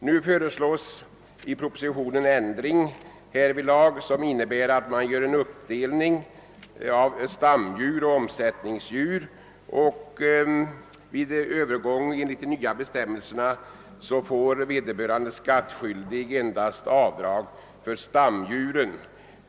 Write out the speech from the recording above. Nu föreslås i propostionen ändring härvidlag, som innebär att man gör en uppdelning av stamdjur och omsättningsdjur, och vid övergång enligt de nya bestämmelserna får vederbörande skattskyldiga endast göra avdrag för stamdjur.